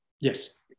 Yes